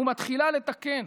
ומתחילה לתקן.